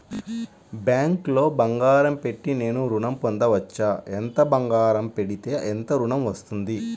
బ్యాంక్లో బంగారం పెట్టి నేను ఋణం పొందవచ్చా? ఎంత బంగారం పెడితే ఎంత ఋణం వస్తుంది?